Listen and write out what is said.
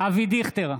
אבי דיכטר,